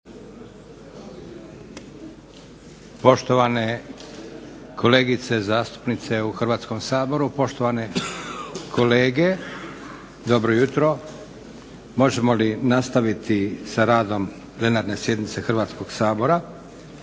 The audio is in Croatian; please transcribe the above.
Poštovane kolegice zastupnice u Hrvatskom saboru, poštovani kolege, dobro jutro. Možemo li nastaviti sa radom plenarne sjednice Hrvatskoga sabora?